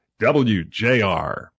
WJR